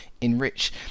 enrich